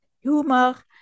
humor